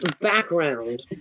background